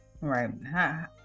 Right